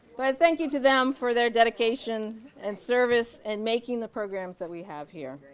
but thank you to them for their dedication and service, and making the programs that we have here.